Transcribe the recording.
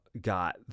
got